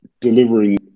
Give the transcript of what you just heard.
delivering